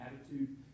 attitude